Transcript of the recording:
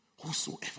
whosoever